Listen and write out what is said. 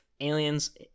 aliens